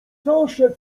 zaszedł